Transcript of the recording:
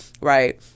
right